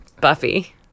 Buffy